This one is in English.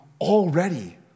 already